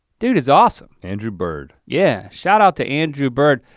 dude is awesome. andrew bird. yeah, shout out to andrew bird.